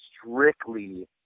strictly